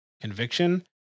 conviction